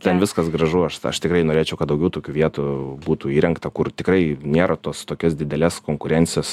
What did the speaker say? ten viskas gražu aš aš tikrai norėčiau kad daugiau tokių vietų būtų įrengta kur tikrai nėra tos tokios didelės konkurencijos